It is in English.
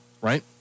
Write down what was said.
right